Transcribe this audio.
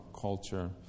culture